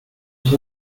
ich